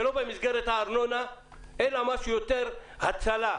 שלא במסגרת הארנונה אלא משהו יותר הצלה.